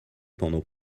pendant